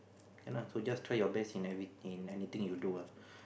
can lah so just try your best in every in anything you do ah